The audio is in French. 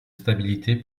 stabilité